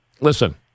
listen